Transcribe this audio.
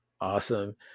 awesome